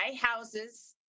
houses